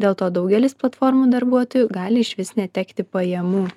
dėl to daugelis platformų darbuotojų gali išvis netekti pajamų